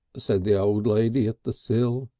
said the old lady at the sill.